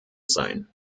sein